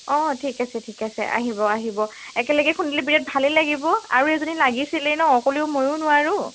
অঁ ঠিক আছে ঠিক আছে আহিব আহিব একেলগে খুন্দিলে বিৰাট ভালেই লাগিব আৰু এজনী লাগিছিলেই ন' অকলেও ময়ো নোৱাৰো